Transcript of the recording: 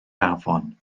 afon